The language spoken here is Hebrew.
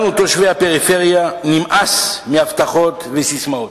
לנו, תושבי הפריפריה, נמאס מהבטחות וססמאות.